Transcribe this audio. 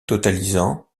totalisant